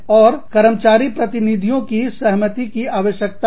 और कर्मचारी प्रतिनिधियों की सहमति की आवश्यकता है